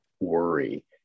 worry